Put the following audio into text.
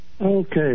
Okay